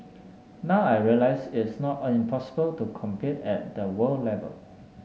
now I realise it's not impossible to compete at the world level